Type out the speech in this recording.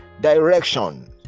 direction